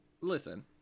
listen